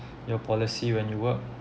your policy when you work